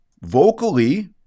vocally